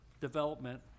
development